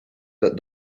that